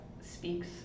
speaks